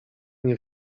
nie